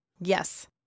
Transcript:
Yes